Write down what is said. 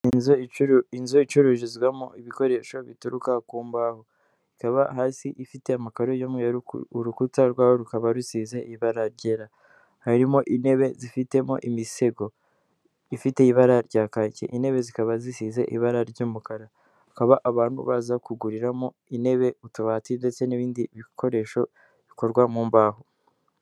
Inzu icururizwamo ibikoresho bituruka ku mbaho, ikaba hasi ifite amakaro y'umweru, urukuta rukaba rusize ibara ryera, harimo intebe zifitemo imisego, ifite ibara rya kake, intebe zikaba zisize ibara ry'umukara, hakaba abantu baza kuguriramo intebe utubati ndetse n'ibindi bikoresho bikorwa mu mbaho.